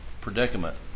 predicament